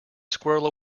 squirrel